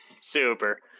Super